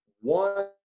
one